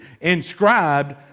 inscribed